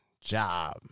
Job